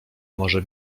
może